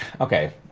Okay